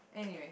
anyway